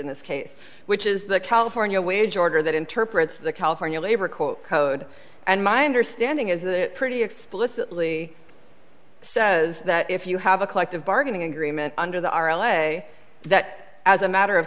in this case which is the california wage order that interprets the california labor court code and my understanding is that pretty explicitly says that if you have a collective bargaining agreement under the are a way that as a matter of